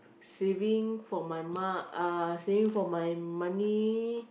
saving for my ma~ uh saving for my money